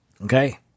Okay